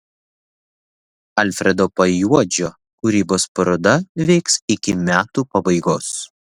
alfredo pajuodžio kūrybos paroda veiks iki metų pabaigos